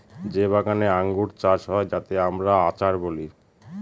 যে বাগানে আঙ্গুর চাষ হয় যাতে আমরা আচার বলি